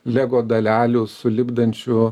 lego dalelių sulipdančių